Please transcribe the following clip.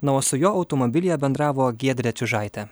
na o su juo automobilyje bendravo giedrė čiužaitė